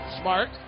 Smart